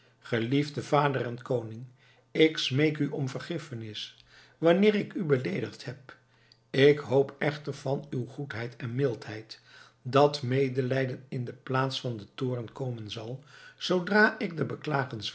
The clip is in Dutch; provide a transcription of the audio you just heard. geliefde vader en koning ik smeek u om vergiffenis wanneer ik u beleedigd heb ik hoop echter van uw goedheid en mildheid dat medelijden in de plaats van den toorn komen zal zoodra ik u